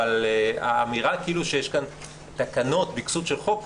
אבל האמירה כאילו יש כאן תקנות בכסות של חוק,